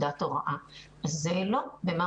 זה לא מובן